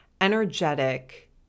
energetic